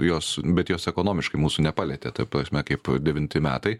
jos bet jos ekonomiškai mūsų nepalietė ta prasme kaip devinti metai